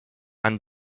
and